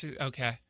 Okay